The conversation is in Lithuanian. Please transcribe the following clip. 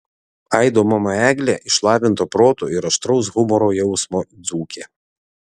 aido mama eglė išlavinto proto ir aštraus humoro jausmo dzūkė